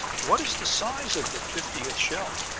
what is the size of the fiftieth shell?